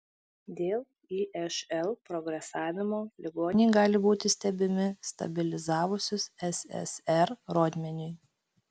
dėl išl progresavimo ligoniai gali būti stebimi stabilizavusis ssr rodmeniui